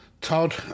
Todd